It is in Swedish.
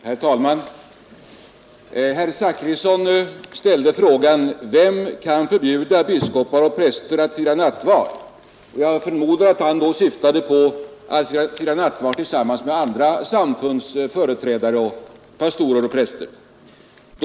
Herr talman! Herr Zachrisson ställde frågan: Vem kan förbjuda biskopar och präster att fira nattvard? Jag förmodar att han då syftade på att fira nattvard tillsammans med andra samfunds företrädare — pastorer och präster.